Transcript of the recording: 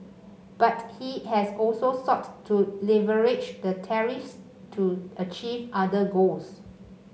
but he has also sought to leverage the tariffs to achieve other goals